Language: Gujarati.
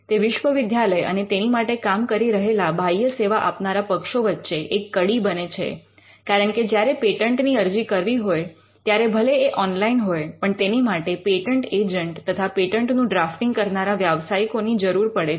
તે વિશ્વવિદ્યાલય અને તેની માટે કામ કરી રહેલા બાહ્ય સેવા આપનારા પક્ષો વચ્ચે એક કડી બને છે કારણકે જ્યારે પેટન્ટની અરજી કરવી હોય ત્યારે ભલે તે ઓનલાઇન હોય પણ તેની માટે પેટન્ટ એજન્ટ તથા પેટન્ટ નું ડ્રાફ્ટીંગ કરનારા વ્યવસાયિકો ની જરૂર પડે છે